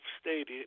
stated